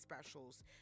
specials